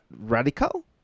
radical